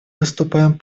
выступаем